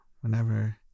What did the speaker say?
whenever